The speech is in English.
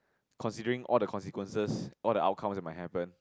considering all the consequences all the outcome that might happen